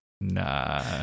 Nah